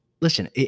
listen